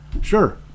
Sure